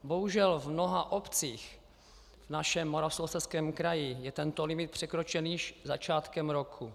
Bohužel v mnoha obcích v našem Moravskoslezském kraji je tento limit překročen již začátkem roku.